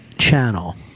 channel